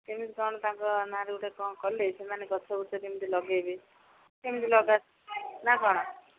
କେମିତି କ'ଣ ତାଙ୍କ ନାଁ'ରେ ଗୋଟେ କ'ଣ କଲେ ସେମାନେ ଗଛ ଗୁଛ କେମିତି ଲଗେଇବେ କେମିତି ଲଗା ନା କ'ଣ